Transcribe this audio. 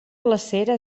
glacera